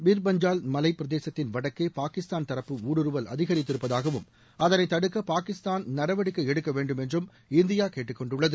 பிர் பஞ்சால் மலை பிரதேசத்தின் வடக்கே பாகிஸ்தான் தரப்பு ஊடுருவல் அதிகரித்திருப்பதாகவும் அதனை தடுக்க பாகிஸ்தான் நடவடிக்கை எடுக்க வேண்டும் என்றும் இந்தியா கேட்டுக்கொண்டுள்ளது